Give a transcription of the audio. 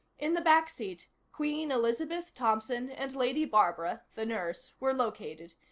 in the back seat, queen elizabeth thompson and lady barbara, the nurse, were located,